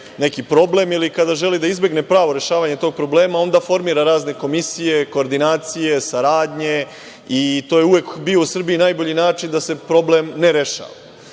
neki problem ili kada želi da izbegne pravo rešavanje tog problema, onda formira razne komisije, koordinacije, saradnje, i to je uvek bio u Srbiji najbolji način da se problem ne rešava.